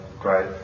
Great